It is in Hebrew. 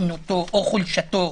איתנותו או חולשתו